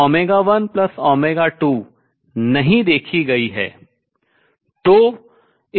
1 2 नही देखी observe की गयी है